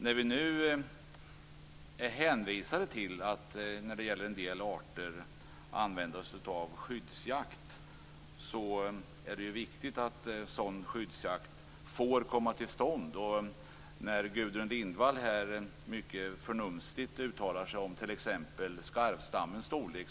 När vi nu i fråga om en del arter är hänvisade till att använda oss av skyddsjakt är det viktigt att sådan skyddsjakt också får komma till stånd. Gudrun Lindvall uttalar sig här mycket förnumstigt om t.ex. skarvstammens storlek.